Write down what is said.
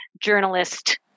journalist